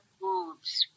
boobs